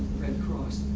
red cross.